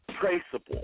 traceable